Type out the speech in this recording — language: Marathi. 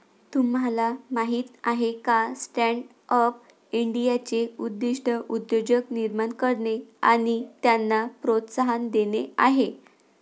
तुम्हाला माहीत आहे का स्टँडअप इंडियाचे उद्दिष्ट उद्योजक निर्माण करणे आणि त्यांना प्रोत्साहन देणे आहे